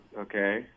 Okay